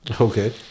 Okay